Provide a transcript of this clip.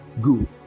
Good